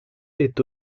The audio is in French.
est